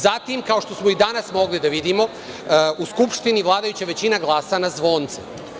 Zatim, kao što smo i danas mogli da vidimo, u Skupštini vladajuća većina glasa na zvonce.